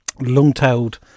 Long-Tailed